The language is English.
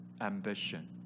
ambition